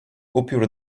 upiór